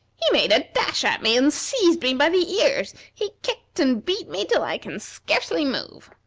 he made a dash at me and seized me by the ears he kicked and beat me till i can scarcely move.